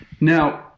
Now